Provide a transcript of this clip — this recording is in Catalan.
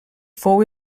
fou